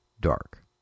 Dark